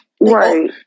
Right